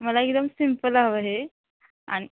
मला एकदम सिम्पल हवं हे आणि